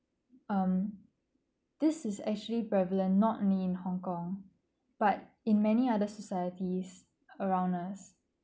um this is actually prevalent not only in hong kong but in many other societies around us